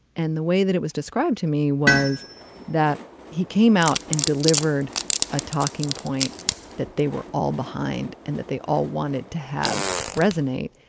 and the way that it was described to me was that he came out and delivered a talking point that they were all behind and that they all wanted to have resonate.